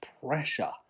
pressure